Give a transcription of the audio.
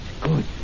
Good